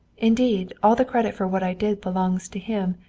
indeed, all the credit for what i did belongs to him.